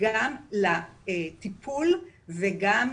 גם לטיפול וגם